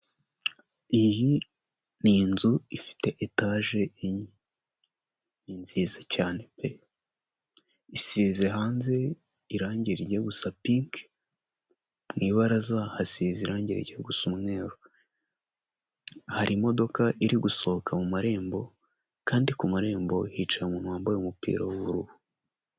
Iyi ni inzu ifite etaje enye ni nziza cyane pe, isize hanze irange rijya gusa pinki, mu ibaraza hasize irange rijya gusa umweru, hari imodoka iri gusohoka mu marembo kandi ku marembo hicaye umuntu wambaye umupira w'ubururu.